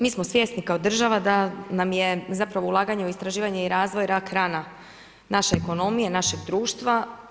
Mi smo svjesni kao država da nam je zapravo ulaganje u istraživanje i razvoj rak rana naše ekonomije, našeg društva.